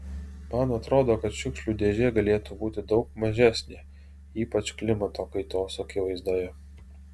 man atrodo kad šiukšlių dėžė galėtų būti daug mažesnė ypač klimato kaitos akivaizdoje